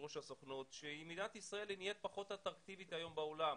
ראש הסוכנת היהודית מדינת ישראל היא פחות אטרקטיבית בעולם.